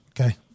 Okay